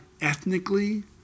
ethnically